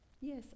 Yes